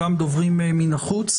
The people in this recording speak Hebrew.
נשמע גם דוברים מבחוץ.